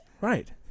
Right